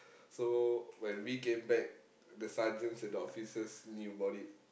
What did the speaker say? so when we came back the sergeants and the officers knew about it